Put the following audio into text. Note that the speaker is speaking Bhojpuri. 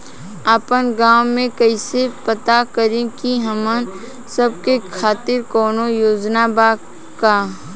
आपन गाँव म कइसे पता करि की हमन सब के खातिर कौनो योजना बा का?